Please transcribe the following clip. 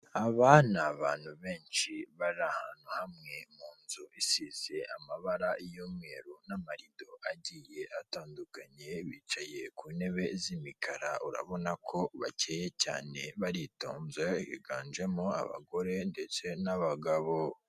Aba ni abantu benshi bari ahantu hamwe mu nzu isize amabara y'umweru n'amarido agiye atandukanye, bicaye ku ntebe z'imikara urabona ko bakeye cyane baritonze higanjemo abagore ndetse n'abagabo.